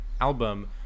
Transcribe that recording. album